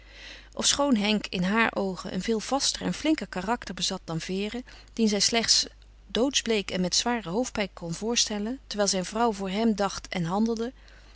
ofschoon henk in haar oogen een veel vaster en flinker karakter bezat dan vere dien zij zich slechts doodsbleek en met zware hoofdpijn kon voorstellen terwijl zijn vrouw voor hem dacht en handelde